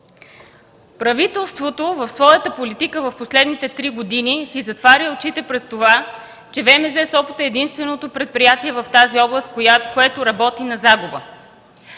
Правителството в своята политика в последните три години си затваря очите пред това, че ВМЗ – Сопот е единственото предприятие в тази област, което работи на загуба.